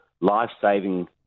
life-saving